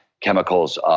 chemicals –